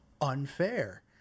unfair